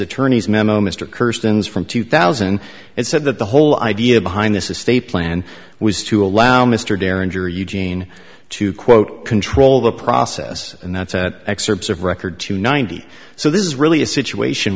attorney's memo mr kirsten's from two thousand and said that the whole idea behind this estate plan was to allow mr derringer eugene to quote control the process and that's at excerpts of record to ninety so this is really a situation